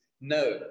no